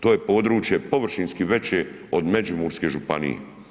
To je područje površinski veće od Međimurske županije.